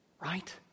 right